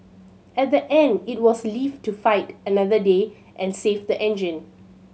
at the end it was live to fight another day and save the engine